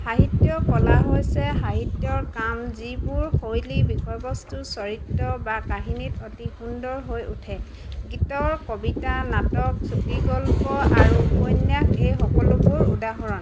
সাহিত্য কলা হৈছে সাহিত্যৰ কাম যিবোৰ শৈলী বিষয়বস্তু চৰিত্ৰ বা কাহিনীত অতি সুন্দৰ হৈ উঠে গীতৰ কবিতা নাটক চুটিগল্প আৰু উপন্যাস এই সকলোবোৰ উদাহৰণ